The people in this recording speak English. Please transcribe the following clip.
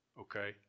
okay